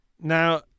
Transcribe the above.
Now